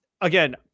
again